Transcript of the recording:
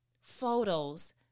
photos